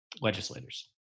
legislators